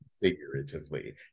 figuratively